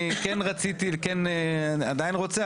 אני עדיין רוצה,